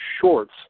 shorts